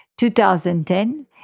2010